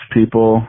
people